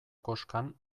koskan